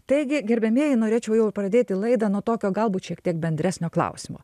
taigi gerbiamieji norėčiau jau ir pradėti laidą nuo tokio galbūt šiek tiek bendresnio klausimo